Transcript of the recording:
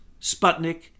Sputnik